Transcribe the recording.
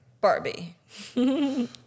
Barbie